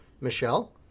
Michelle